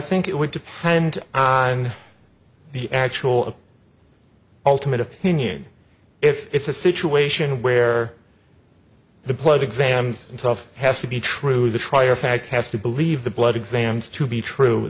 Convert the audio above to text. think it would depend on the actual ultimate opinion if it's a situation where the plug exams in tough has to be true the trier of fact has to believe the blood exams to be true